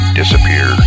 disappear